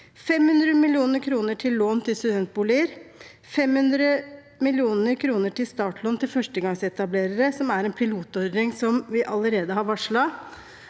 500 mill. kr til lån til studentboliger og 500 mill. kr til startlån til førstegangsetablerere, som er en pilotordning som vi allerede har varslet.